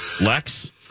Lex